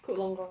cook longer